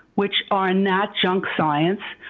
which are not junk science,